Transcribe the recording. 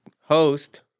host